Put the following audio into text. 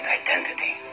identity